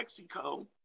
Mexico